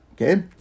Okay